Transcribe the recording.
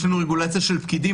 יש לנו רגולציה של פקידים.